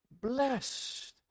blessed